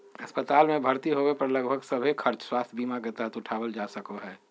अस्पताल मे भर्ती होबे पर लगभग सभे खर्च स्वास्थ्य बीमा के तहत उठावल जा सको हय